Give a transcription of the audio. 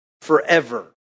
forever